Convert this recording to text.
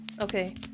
Okay